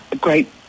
great